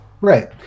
Right